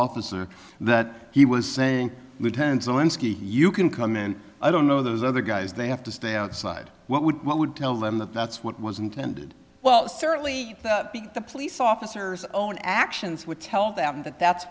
officer that he was saying lieutenants on ski you can come in i don't know those other guys they have to stay outside what would what would tell them that that's what was intended well certainly the police officers own actions would tell them that that's